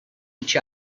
each